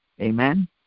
amen